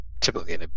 typically